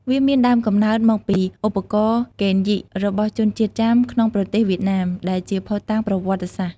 វាមានដើមកំណើតមកពីឧបករណ៍ "កេនយិ" របស់ជនជាតិចាមក្នុងប្រទេសវៀតណាម ដែលជាភស្តុតាងប្រវត្តិសាស្ត្រ។